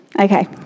Okay